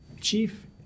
Chief